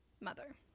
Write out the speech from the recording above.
mother